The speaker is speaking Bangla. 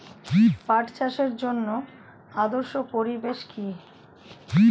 পাট চাষের জন্য আদর্শ পরিবেশ কি?